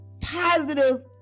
positive